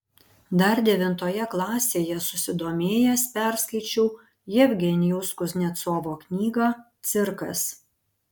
dar devintoje klasėje susidomėjęs perskaičiau jevgenijaus kuznecovo knygą cirkas